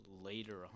later